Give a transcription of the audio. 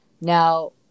Now